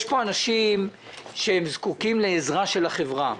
יש פה אנשים שזקוקים לעזרה של החברה.